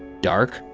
dark,